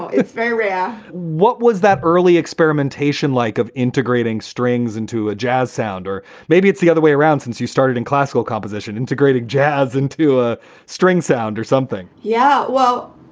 it's very rare. what was that early experimentation like of integrating strings into a jazz sound? or maybe it's the other way around since you started in classical composition, integrated jazz into a string sound or something yeah. well,